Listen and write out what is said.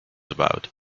about